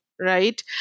Right